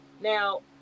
Now